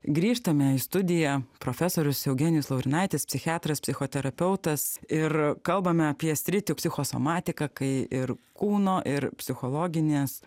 grįžtame į studiją profesorius eugenijus laurinaitis psichiatras psichoterapeutas ir kalbame apie sritį psichosomatika kai ir kūno ir psichologinės